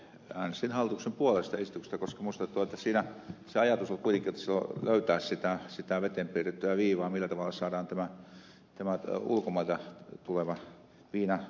äänestin hallituksen esityksen puolesta koska minusta siinä se ajatus oli kuitenkin löytää sitä veteen piirrettyä viivaa millä tavalla saadaan ulkomailta tulevaa viinaa vähennettyä